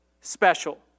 special